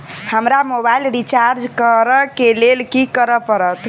हमरा mobile recharge करऽ केँ लेल की करऽ पड़त?